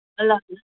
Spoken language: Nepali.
ल ल